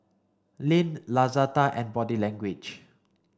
Lindt Lazada and Body Language